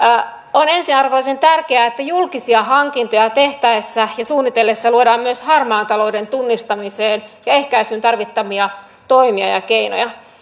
on ensiarvoisen tärkeää että julkisia hankintoja tehtäessä ja suunnitellessa luodaan myös harmaan talouden tunnistamiseen ja ehkäisyyn tarvittavia toimia ja keinoja